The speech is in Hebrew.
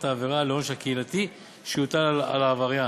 העבירה לעונש הקהילתי שיוטל על העבריין.